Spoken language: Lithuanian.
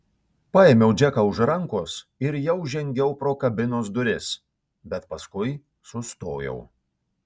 paėmiau džeką už rankos ir jau žengiau pro kabinos duris bet paskui sustojau